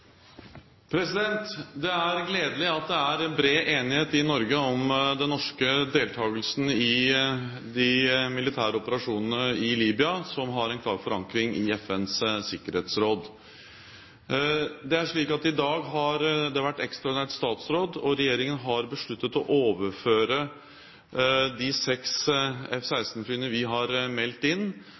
spørsmålet. Det er gledelig at det er bred enighet i Norge om den norske deltagelsen i de militære operasjonene i Libya, som har en klar forankring i FNs sikkerhetsråd. Det er slik at i dag har det vært ekstraordinært statsråd, og regjeringen har besluttet å overføre de seks F-16-flyene vi har meldt inn,